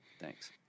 Thanks